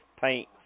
paint